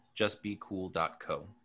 justbecool.co